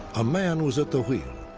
a man was at the wheel,